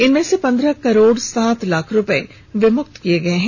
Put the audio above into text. इनमें से पंद्रह करोड़ साज लाख रुपये विमुक्त किए गए हैं